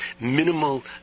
minimal